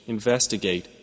investigate